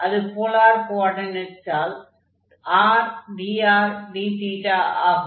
அது போலார் கோஆர்டினேட்ஸில் rdrdθ ஆகும்